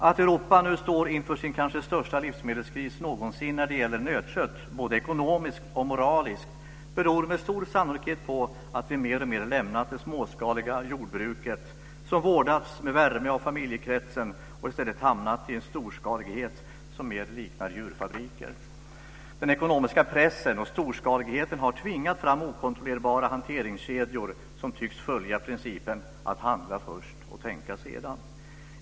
Att Europa nu står inför sin kanske största livsmedelskris någonsin när det gäller nötkött, både ekonomiskt och moraliskt, beror med stor sannolikhet på att vi mer och mer lämnat det småskaliga jordbruket som vårdats med värme av familjekretsen och i stället hamnat i en storskalighet som mer liknar djurfabriker. Den ekonomiska pressen och storskaligheten har tvingar fram okontrollerbara hanteringskedjor som tycks följa principen "att handla först och tänka sedan".